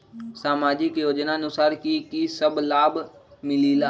समाजिक योजनानुसार कि कि सब लाब मिलीला?